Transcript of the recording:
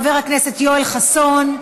חבר הכנסת יואל חסון,